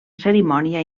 cerimònia